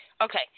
Okay